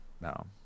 No